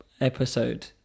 episode